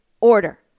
order